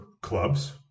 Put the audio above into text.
clubs